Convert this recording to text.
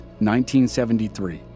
1973